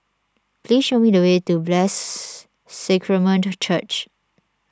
please show me the way to Blessed Sacrament Church